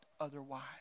otherwise